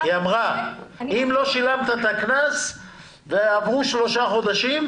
היא אמרה: אם לא שילמת את הקנס ועברו שלושה חודשים.